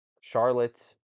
Charlotte